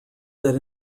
that